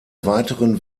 weiteren